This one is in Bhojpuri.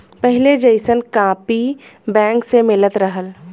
पहिले जइसन कापी बैंक से मिलत रहल